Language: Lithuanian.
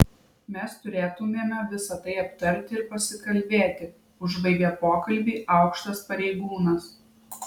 mes turėtumėme visa tai aptarti ir pasikalbėti užbaigė pokalbį aukštas pareigūnas